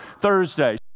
Thursday